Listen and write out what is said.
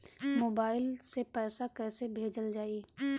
Mobile से पैसा कैसे भेजल जाइ?